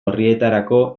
orrietarako